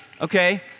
okay